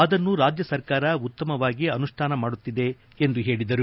ಅದನ್ನು ರಾಜ್ಯ ಸರ್ಕಾರ ಉತ್ತಮವಾಗಿ ಅನುಷ್ಣಾನ ಮಾಡುತ್ತಿದೆ ಎಂದು ಹೇಳಿದರು